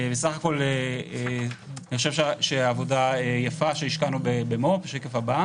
אני חושב בסך הכול שהעבודה שהשקענו במו"פ היא יפה.